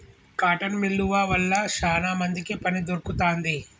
cotton మిల్లువ వల్ల శానా మందికి పని దొరుకుతాంది